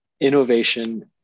innovation